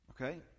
Okay